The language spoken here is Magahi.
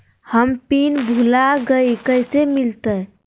हम पिन भूला गई, कैसे मिलते?